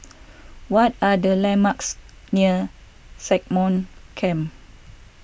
what are the landmarks near Stagmont Camp